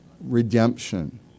Redemption